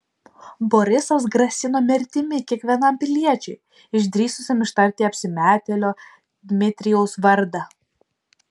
borisas grasino mirtimi kiekvienam piliečiui išdrįsusiam ištarti apsimetėlio dmitrijaus vardą